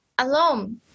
alone